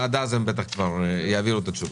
שעד אז הם בטח כבר יעבירו את התשובות.